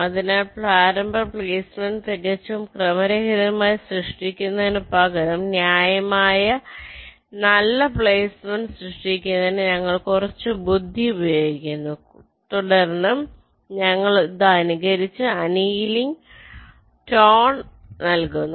അതിനാൽ പ്രാരംഭ പ്ലെയ്സ്മെന്റ് തികച്ചും ക്രമരഹിതമായി സൃഷ്ടിക്കുന്നതിനുപകരം ന്യായമായ നല്ല പ്ലെയ്സ്മെന്റ് സൃഷ്ടിക്കുന്നതിന് ഞങ്ങൾ കുറച്ച് ബുദ്ധി ഉപയോഗിക്കുന്നു തുടർന്ന് ഞങ്ങൾ അത് അനുകരിച്ച അനിയലിംഗ് ടോണിന് നൽകുന്നു